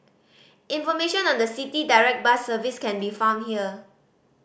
information on the City Direct bus service can be found here